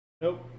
Nope